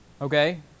Okay